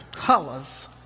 colors